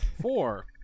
Four